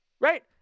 right